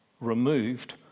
removed